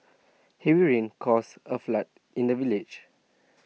heavy rains caused A flood in the village